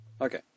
okay